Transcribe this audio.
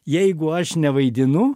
jeigu aš nevaidinu